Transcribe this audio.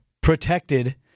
protected